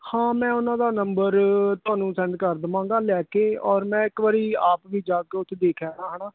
ਹਾਂ ਮੈਂ ਉਹਨਾਂ ਦਾ ਨੰਬਰ ਤੁਹਾਨੂੰ ਸੈਂਡ ਕਰ ਦਵਾਂਗਾ ਲੈ ਕੇ ਔਰ ਮੈਂ ਇੱਕ ਵਾਰ ਆਪ ਵੀ ਜਾ ਕੇ ਉੱਥੇ ਦੇਖ ਆਉਣਾ ਹੈ ਨਾ